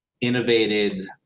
innovated